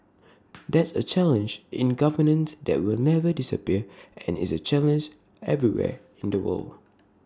that's A challenge in governance that will never disappear and is A challenge everywhere in the world